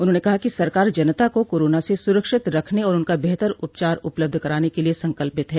उन्होंने कहा कि सरकार जनता को कोरोना से सुरक्षित रखने और उनका बेहतर उपचार उपलब्ध कराने के लिये संकल्पित है